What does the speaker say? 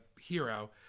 hero